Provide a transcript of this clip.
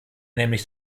nämlich